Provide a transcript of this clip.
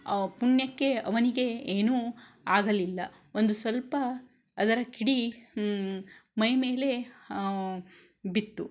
ಪುಣ್ಯಕ್ಕೆ ಅವನಿಗೆ ಏನೂ ಆಗಲಿಲ್ಲ ಒಂದು ಸ್ವಲ್ಪ ಅದರ ಕಿಡಿ ಮೈಮೇಲೆ ಬಿತ್ತು